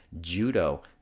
judo